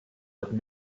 would